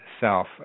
self